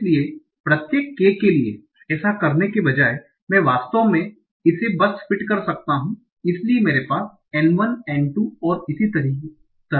इसलिए प्रत्येक k के लिए ऐसा करने के बजाय मैं वास्तव में इसे बस फिट कर सकता हूं इसलिए मेरे पास N1 N2 और इसी तरह है